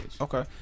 Okay